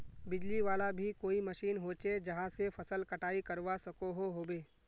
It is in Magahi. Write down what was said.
बिजली वाला भी कोई मशीन होचे जहा से फसल कटाई करवा सकोहो होबे?